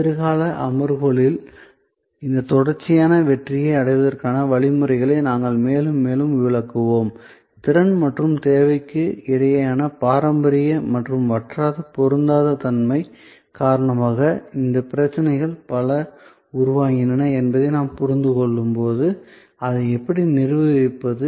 எதிர்கால அமர்வுகளில் இந்த தொடர்ச்சியான வெற்றியை அடைவதற்கான வழிகளை நாங்கள் மேலும் மேலும் விளக்குவோம் திறன் மற்றும் தேவைக்கு இடையேயான பாரம்பரிய அல்லது வற்றாத பொருந்தாத தன்மை காரணமாக இந்த பிரச்சினைகள் பல உருவாகின்றன என்பதை நாம் புரிந்து கொள்ளும்போது அதை எப்படி நிர்வகிப்பது